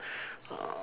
uh